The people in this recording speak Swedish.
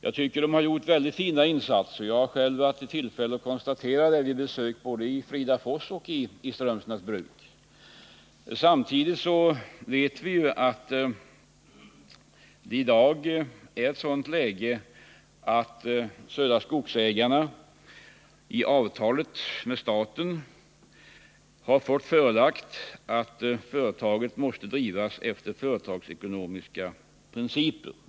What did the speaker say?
Jag tycker att de har gjort väldigt fina insatser, och det har jag själv varit i tillfälle att konstatera vid besök i Fridafors och vid Strömsnäs Bruk. Samtidigt vet vi att läget i dag är sådant att Södra Skogsägarna i avtalet med staten har fått sig förelagt att driften mäste ske efter företagsekonomiska principer.